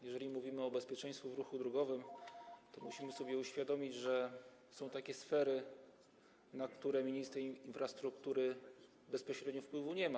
Jeżeli mówimy o bezpieczeństwie w ruchu drogowym, to musimy sobie uświadomić, że są takie sfery, na które minister infrastruktury bezpośrednio wpływu nie ma.